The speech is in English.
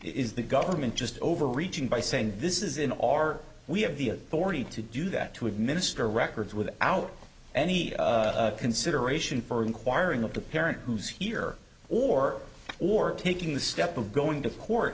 is the government just overreaching by saying this is in our we have the authority to do that to administer records without any consideration for inquiring of the parent who's here or or taking the step of going to court